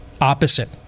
opposite